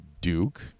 Duke